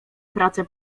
pracę